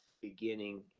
beginning